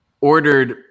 ordered